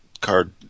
card